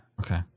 Okay